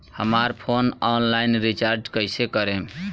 हमार phone online recharge कईसे करेम?